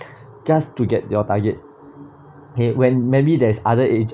just to get to your target okay when maybe there's other age~